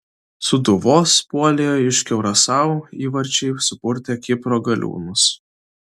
sūduvos puolėjo iš kiurasao įvarčiai supurtė kipro galiūnus